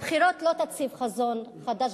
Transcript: הבחירות לא יציבו חזון חדש,